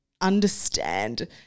understand